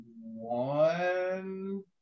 one